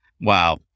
Wow